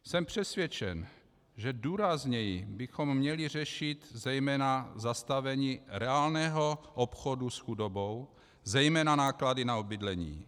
Jsem přesvědčen, že důrazněji bychom měli řešit zejména zastavení reálného obchodu s chudobou, zejména náklady na bydlení.